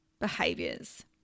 behaviors